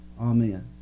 Amen